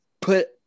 put